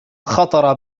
خطر